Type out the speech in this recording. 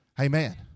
Amen